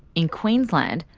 in queensland,